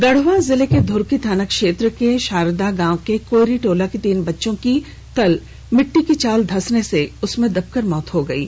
गढ़वा जिले के ध्रकी थाना क्षेत्र के शारदा गांव के कोइरी टोला के तीन बच्चों की कल मिट्टी की चाल धंसने से उसमें दबकर मौत हो गयी